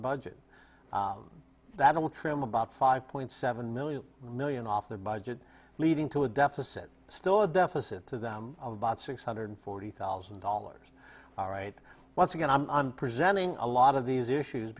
budget that will trim about five point seven million million off the budget leading to a deficit still a deficit to them about six hundred forty thousand dollars all right once again i'm presenting a lot of these issues